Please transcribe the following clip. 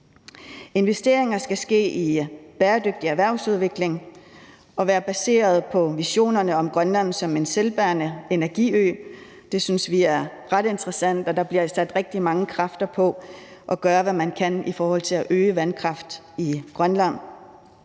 Investeringer skal ske i en bæredygtig erhvervsudvikling og være baseret på visionerne om Grønland som en selvbærende energiø. Det synes vi er ret interessant, og der bliver sat rigtig mange kræfter ind på at gøre, hvad man kan, i forhold til at øge udnyttelsen af vandkraft i Grønland.